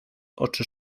oczy